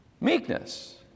Meekness